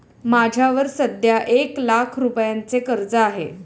माझ्यावर सध्या एक लाख रुपयांचे कर्ज आहे